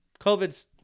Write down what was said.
COVID's